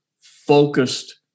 focused